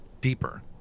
deeper